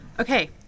Okay